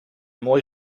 mooi